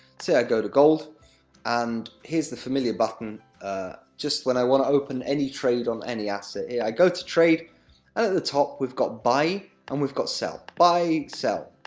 say i go to gold and here's the familiar button just, when i want to open any trade on any ah asset, i go to trade, and at the top, we've got buy and we've got sell buy, sell,